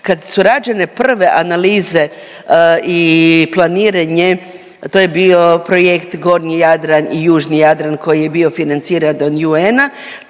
Kad su rađene prve analize i planiranje, to je bio projekt gornji Jadran i južni Jadran koji je bio financiran od UN-a,